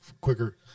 quicker